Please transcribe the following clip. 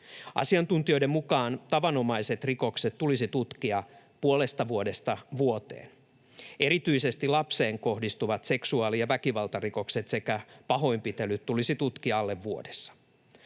Asiantuntijoiden mukaan tavanomaiset rikokset tulisi tutkia puolen vuoden tai vuoden kuluessa. Erityisesti lapseen kohdistuvat seksuaali‑ ja väkivaltarikokset sekä pahoinpitelyt tulisi tutkia alle vuodessa.